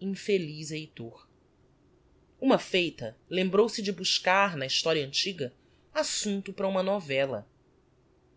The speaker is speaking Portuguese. infeliz heitor uma feita lembrou-se de buscar na historia antiga assumpto para uma novella